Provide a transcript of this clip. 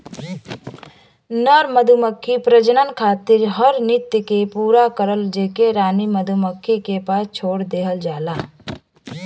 नर मधुमक्खी प्रजनन खातिर हर नृत्य के पूरा करला जेके रानी मधुमक्खी के पास छोड़ देहल जाला